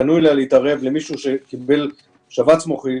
שפנו אלי להתערב למישהו שקיבל שבץ מוחי,